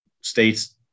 states